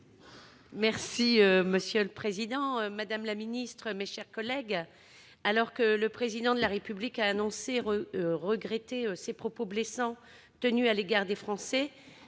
Monsieur le président, madame la ministre, mes chers collègues, alors que le Président de la République a annoncé regretter ses propos blessants à l'égard des Français,